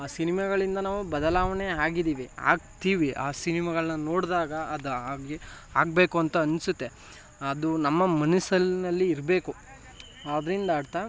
ಆ ಸಿನಿಮಾಗಳಿಂದ ನಾವು ಬದಲಾವಣೆ ಆಗಿದ್ದೀವಿ ಆಗ್ತೀವಿ ಆ ಸಿನಿಮಾಗಳನ್ನ ನೋಡಿದಾಗ ಅದಾಗಿ ಆಗಬೇಕು ಅಂತ ಅನ್ನಿಸುತ್ತೆ ಅದು ನಮ್ಮ ಮನಸ್ಸಿನಲ್ಲಿ ಇರಬೇಕು ಅದ್ರಿಂದ ಅರ್ಥ